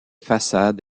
façades